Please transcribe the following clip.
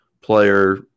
player